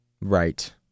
Right